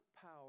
power